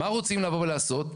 מה רוצים לבוא ולעשות?